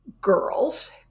girls